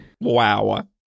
Wow